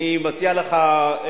אני מציע לך,